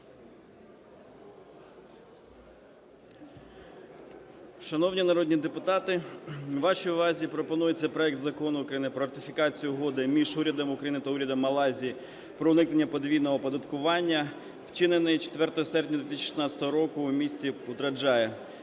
Шановні народні депутати! Вашій увазі пропонується проект Закону про ратифікацію Угоди між Урядом України та Урядом Малайзії про уникнення подвійного оподаткування, вчинений 4 серпня 2016 року в місті Путраджая.